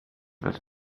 was